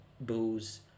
booze